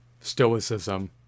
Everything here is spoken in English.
stoicism